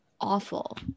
awful